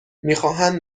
میخواهند